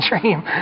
dream